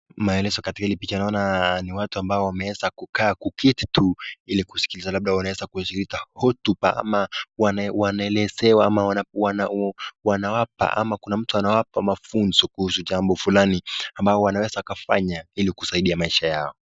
Maelezo katika hili picha, naona ni watu ambao wameweza kuketi tu ili kusikiliza labda wanaweza kusikiliza hotuba ama kuna mtu anawapa mafunzo kuhusu jambo fulani ambao wanaweza kafanya ili kusaidia maisha yao.